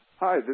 Hi